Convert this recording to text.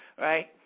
right